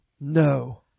No